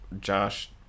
Josh